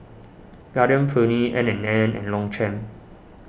Garden Peony N and N and Longchamp